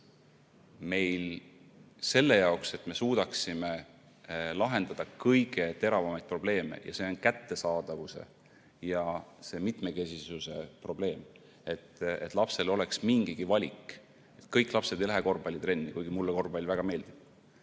selles, kuidas me suudaksime lahendada kõige teravamat probleemi. See on kättesaadavuse ja mitmekesisuse probleem, et lapsel oleks mingigi valik. Kõik lapsed ei lähe korvpallitrenni, kuigi mulle korvpall väga meeldib,